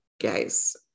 guys